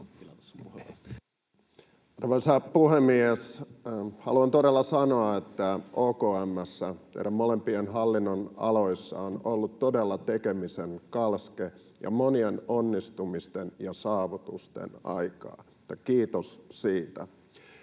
Arvoisa puhemies! Haluan todella sanoa että OKM:ssä teidän molempien hallinnonaloilla on ollut todella tekemisen kalske ja monien onnistumisten ja saavutusten aikaa — kiitos siitä.